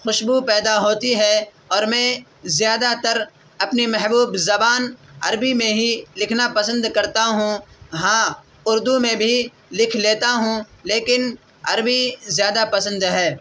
خوشبو پیدا ہوتی ہے اور میں زیادہ تر اپنی محبوب زبان عربی میں ہی لکھنا پسند کرتا ہوں ہاں اردو میں بھی لکھ لیتا ہوں لیکن عربی زیادہ پسند ہے